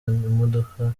imodoka